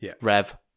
rev